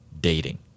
dating